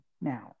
now